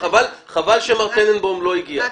חבל שמר טננבוים לא הגיע.